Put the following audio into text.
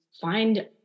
find